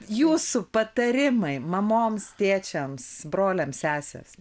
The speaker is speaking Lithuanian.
jūsų patarimai mamoms tėčiams broliams sesės